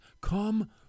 Come